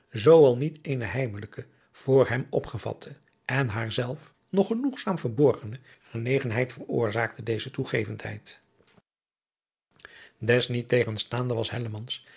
zoo al niet eene heimelijke voor hem opgevatte en haar zelf nog genoegzaam verborgene genegenheid veroorzaakte deze toegevendheid des niettegenstaande was